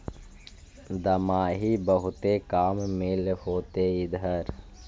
दमाहि बहुते काम मिल होतो इधर?